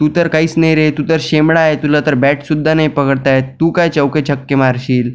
तू तर काहीच नाही रे तू तर शेंबडा आहे तुला तर बॅटसुद्धा नाही पकडता येत तू काय चौके छक्के मारशील